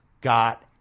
got